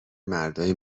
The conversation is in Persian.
مردای